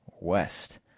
west